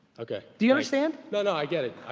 okay. do you understand? no, no, i get it.